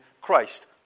Christ